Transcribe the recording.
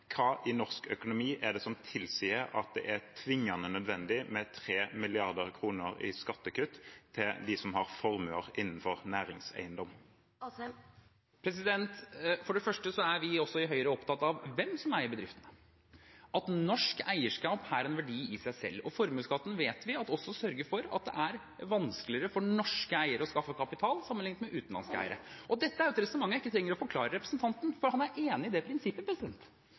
hva i norsk økonomi er det som tilsier at det er tvingende nødvendig med 3 mrd. kr i skattekutt til dem som har formuer innenfor næringseiendom? For det første er vi i Høyre også opptatt av hvem som eier bedriftene, at norsk eierskap er en verdi i seg selv. Formuesskatten vet vi at også sørger for at det er vanskeligere for norske eiere å skaffe kapital sammenlignet med utenlandske eiere. Dette er et resonnement som jeg ikke trenger å forklare representanten, for han er enig i det prinsippet.